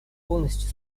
полностью